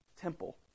temple